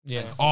Yes